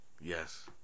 Yes